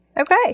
okay